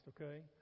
okay